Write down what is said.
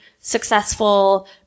successful